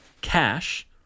Cash